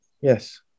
Yes